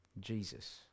Jesus